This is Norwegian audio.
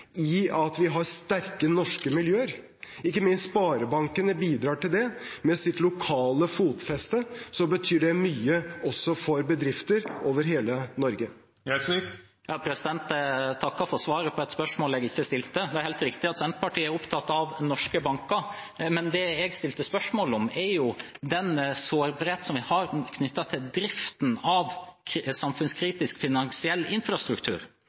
i at vi har sterke norske miljøer. Ikke minst sparebankene bidrar til det. Med sitt lokale fotfeste betyr det mye for bedrifter over hele Norge. Jeg takker for svaret på et spørsmål jeg ikke stilte. Det er helt riktig at Senterpartiet er opptatt av norske banker, men det jeg stilte spørsmål om, er den sårbarheten vi har knyttet til driften av samfunnskritisk finansiell infrastruktur.